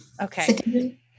Okay